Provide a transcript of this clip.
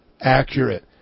accurate